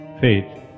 faith